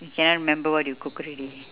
cannot remember what you cook already